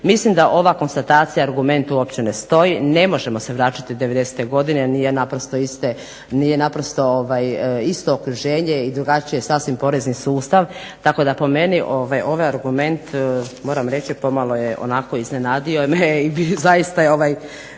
Mislim da ova konstatacija i argument uopće ne stoji. Ne možemo se vraćati u 90-te godine, nije naprosto isto okruženje i drugačiji je sasvim porezni sustav. Tako da po meni ovaj argument moram reći pomalo je onako iznenadio me i zaista je bilo